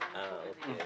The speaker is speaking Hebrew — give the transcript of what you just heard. אבל אנחנו בדיון.